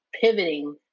pivoting